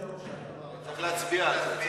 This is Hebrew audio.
צריך להצביע על זה,